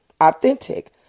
authentic